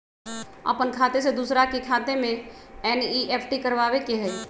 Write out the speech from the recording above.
अपन खाते से दूसरा के खाता में एन.ई.एफ.टी करवावे के हई?